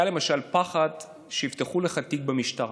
היה למשל פחד שיפתחו לך תיק במשטרה.